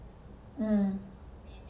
mm